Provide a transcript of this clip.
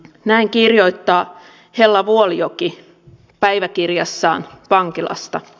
näin kirjoittaa hella wuolijoki päiväkirjassaan vankilasta